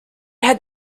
had